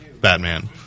Batman